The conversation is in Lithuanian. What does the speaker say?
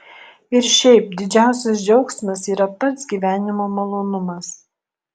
ir šiaip didžiausias džiaugsmas yra pats gyvenimo malonumas